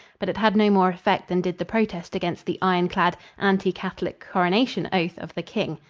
but it had no more effect than did the protest against the iron-clad, anti-catholic coronation oath of the king.